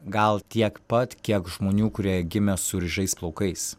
gal tiek pat kiek žmonių kurie gimė su ryžais plaukais